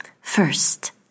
First